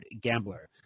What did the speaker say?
Gambler